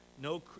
no